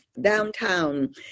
downtown